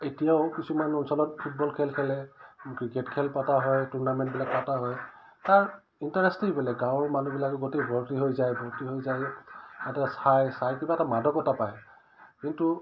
এতিয়াও কিছুমান অঞ্চলত ফুটবল খেল খেলে ক্ৰিকেট খেল পতা হয় টুৰ্নামেণ্টবিলাক পতা হয় তাৰ ইণ্টাৰেষ্টেই বেলেগ গাঁৱৰ মানুহবিলাকে গোটেই ভৰ্তি হৈ যায় ভৰ্তি হৈ যায় তাতে চাই চাই কিবা এটা মাদকতা পায় কিন্তু